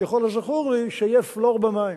ככל הזכור לי, שיהיה פלואור במים,